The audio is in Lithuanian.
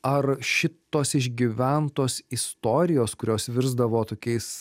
ar šitos išgyventos istorijos kurios virsdavo tokiais